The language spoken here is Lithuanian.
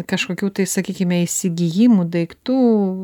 kažkokių tai sakykime įsigijimų daiktų